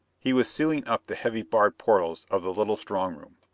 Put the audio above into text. he was sealing up the heavy barred portals of the little strong-room.